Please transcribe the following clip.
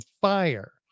fire